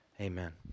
Amen